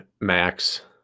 max